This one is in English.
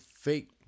fake